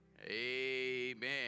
Amen